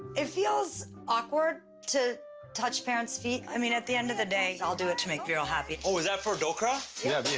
it feels awkward to touch parents' feet. i mean, at the end of the day, i'll do it to make veeral happy. oh is that for dokra? yeah